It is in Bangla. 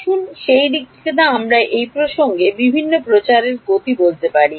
আসুন সেই দিকটিতে আমরা এই প্রসঙ্গে বিভিন্ন প্রচারের গতি বলতে পারি